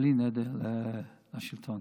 בלי נדר, לשלטון.